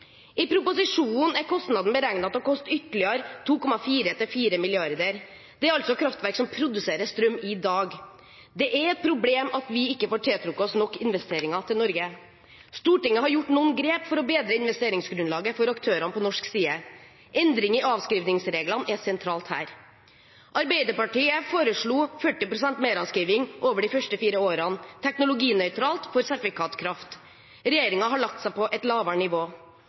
I proposisjonen er kostnaden beregnet til å koste ytterligere 2,4–4 mrd. kr. Det er altså kraftverk som produserer strøm i dag. Det er et problem at vi ikke får tiltrukket oss nok investeringer til Norge. Stortinget har gjort noen grep for å bedre investeringsgrunnlaget for aktørene på norsk side. Endring i avskrivningsreglene er sentralt her. Arbeiderpartiet foreslo 40 pst. meravskrivning over de første fire årene teknologinøytralt for sertifikatkraft. Regjeringen har lagt seg på et lavere nivå.